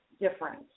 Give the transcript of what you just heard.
different